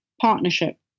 partnership